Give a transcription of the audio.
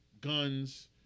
guns